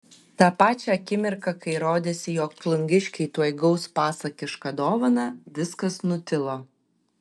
tą pačią akimirką kai rodėsi jog plungiškiai tuoj gaus pasakišką dovaną viskas nutilo